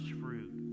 fruit